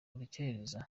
urukerereza